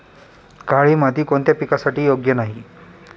काळी माती कोणत्या पिकासाठी योग्य नाही?